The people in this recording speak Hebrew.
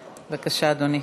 בבקשה, אדוני.